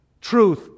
Truth